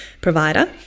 provider